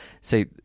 See